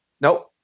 Nope